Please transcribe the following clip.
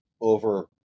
over